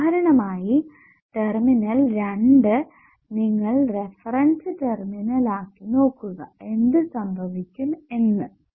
ഉദാഹരണമായി ടെർമിനൽ 2 നിങ്ങൾ reference terminal ആക്കി നോക്കുക എന്ത് സംഭവിക്കും എന്ന്